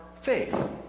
faith